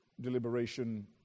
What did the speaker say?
deliberation